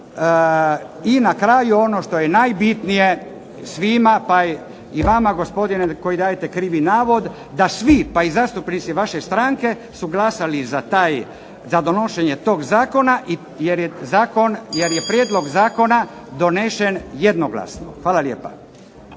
i na kraju ono što je najbitnije i vama i svima koji dajete krivi navod da svi, pa i zastupnici vaše stranke su glasali za donošenje tog Zakona jer je Zakon jer je prijedlog Zakona donešen jednoglasno. Hvala lijepa.